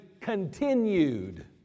continued